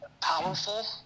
powerful